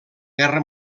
guerra